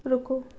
रुको